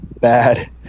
bad